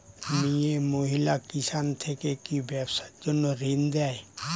মিয়ে মহিলা কিষান থেকে কি ব্যবসার জন্য ঋন দেয়?